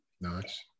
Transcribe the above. Nice